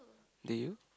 do you